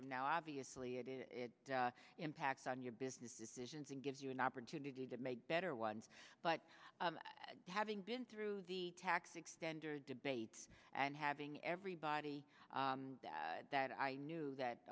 from now obviously it is impact on your business decisions and gives you an opportunity to make better ones but having been through the tax extenders debates and having everybody that i knew that